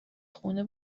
خونه